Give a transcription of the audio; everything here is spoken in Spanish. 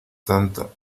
tanto